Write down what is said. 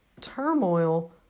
turmoil